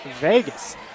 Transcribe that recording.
Vegas